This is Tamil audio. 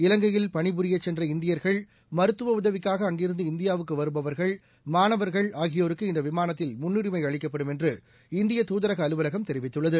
இலங்கையில் பணிபுரிய சென்ற இந்தியர்கள் மருத்துவ உதவிக்காக அங்கிருந்து இந்தியாவுக்கு வருபவர்கள் மானவர்கள் ஆகியோருக்கு இந்த விமானத்தில் முன்னுரிமை அளிக்கப்படும் என்று இந்திய தூதரக அலுவலகம் தெரிவித்துள்ளது